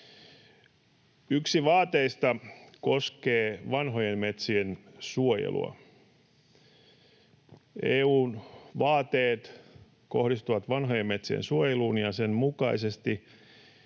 Yksi vaateista koskee vanhojen metsien suojelua. EU:n vaateet kohdistuvat vanhojen metsien suojeluun, ja sen mukaisesti